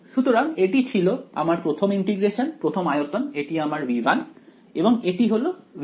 সুতরাং এটি ছিল আমার প্রথম ইন্টিগ্রেশন প্রথম আয়তন এটি আমার V1 এবং এটি হল V2